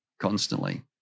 constantly